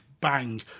bang